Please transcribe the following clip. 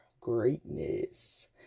greatness